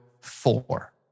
four